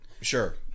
Sure